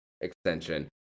extension